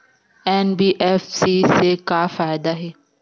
NBFC से का फ़ायदा हे?